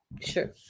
Sure